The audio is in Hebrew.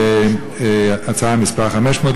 הצעה מספר 500,